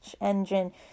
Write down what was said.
engine